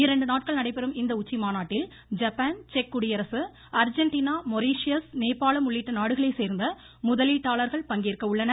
இரண்டு நாட்கள் நடைபெறும் இந்த உச்சிமாநாட்டில் ஜப்பான் செக் குடியரசு அர்ஜெண்டினா நேபாளம் நாடுகளைச் சேர்ந்த முதலீட்டாளர்கள் பங்கேற்றுள்ளனர்